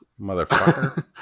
Motherfucker